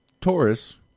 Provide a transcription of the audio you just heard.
taurus